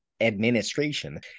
administration